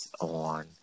on